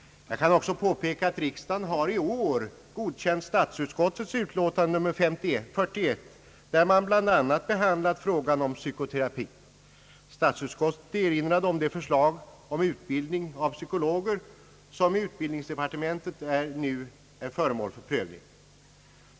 Jag kan också påpeka att riksdagen i år har godkänt statsutskottets utlåtande nr 41, där man bl.a. behandlat frågan om psykoterapi. Statsutskottet erinrade om det förslag om utbildning av psykologer som i utbildningsdepartementet nu är föremål för prövning.